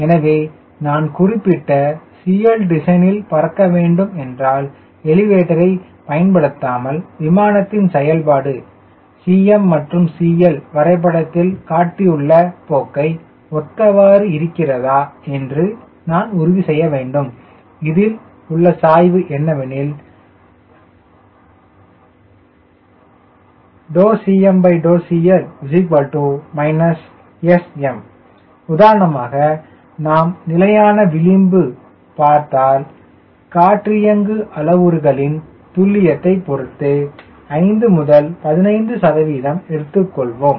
எனவே நான் குறிப்பிட்ட CL design யில் பறக்க வேண்டும் என்றால் எலிவேட்டரை பயன்படுத்தாமல் விமானத்தின் செயல்பாடு Cm மற்றும் CL வரைபடத்தில் காட்டியுள்ள போக்கை ஒத்தவாறு இருக்கிறதா என்று நான் உறுதி செய்ய வேண்டும் அதில் உள்ள சாய்வு என்னவெனில் ∂CM∂CL SM உதாரணமாக நாம் நிலையான விளிம்பு பார்த்தால் காற்றியங்கு அளவுருகளின் துல்லியத்தை பொருத்து 5 முதல் 15 சதவீதம் எடுத்துக்கொள்வோம்